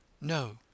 No